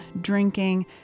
drinking